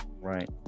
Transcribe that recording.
Right